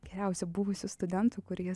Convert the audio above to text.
geriausių buvusių studentų kur jis